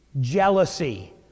jealousy